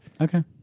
Okay